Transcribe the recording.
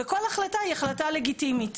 וכל החלטה היא החלטה לגיטימית.